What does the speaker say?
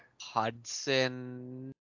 Hudson